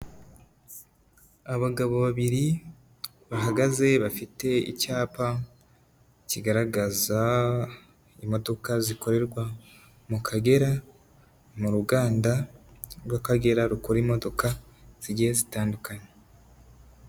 Abagabo babiri, bahagaze bafite icyapa kigaragaza imodoka zikorerwa mu Kagera, mu ruganda rw'Akagera, rukora imodoka zigiye zitandukanye.